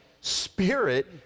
spirit